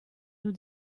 nous